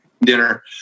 dinner